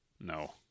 No